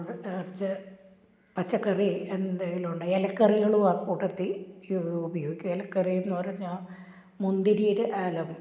കുറച്ച് പച്ചക്കറി എന്തെങ്കിലും ഉണ്ടായി ഇലക്കറികളും ആ കൂട്ടത്തിൽ യു ഉപയോഗിക്കും ഇലക്കറിയെന്നു പറഞ്ഞാൽ മുന്തിരിയുടെ ആലം